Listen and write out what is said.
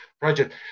project